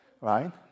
right